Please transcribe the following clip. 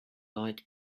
like